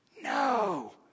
no